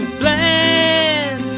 bland